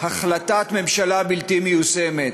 החלטת ממשלה בלתי מיושמת